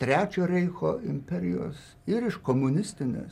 trečio reicho imperijos ir iš komunistinės